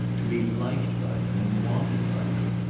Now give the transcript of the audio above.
to be liked by them and wanted by them.